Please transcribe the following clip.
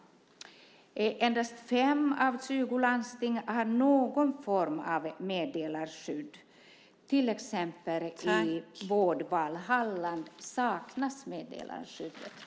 Endast fem av 20 landsting har någon form av meddelarskydd, till exempel saknas meddelarskyddet i Vårdval Halland.